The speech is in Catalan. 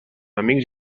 amics